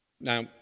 now